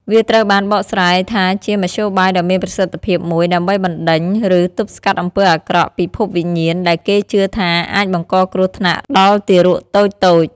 វាត្រូវបានបកស្រាយថាជាមធ្យោបាយដ៏មានប្រសិទ្ធភាពមួយ ដើម្បីបណ្តេញ ឬទប់ស្កាត់អំពើអាក្រក់ពីពិភពវិញ្ញាណដែលគេជឿថាអាចបង្កគ្រោះថ្នាក់ដល់ទារកតូចៗ។